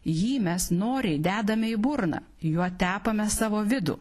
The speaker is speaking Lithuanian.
jį mes noriai dedame į burną juo tepame savo vidų